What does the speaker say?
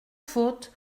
faute